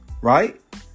right